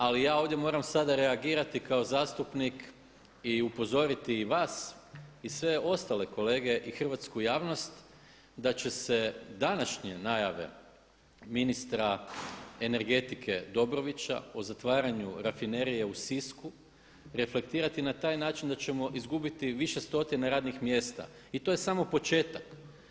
Ali ja ovdje moram sada reagirati kao zastupnik i upozoriti i vas i sve ostale kolege i hrvatsku javnost da će se današnje najave ministra energetike Dobrovića o zatvaranju Rafinerije u Sisku reflektirati na taj način da ćemo izgubiti više stotina radnih mjesta i to je samo početak.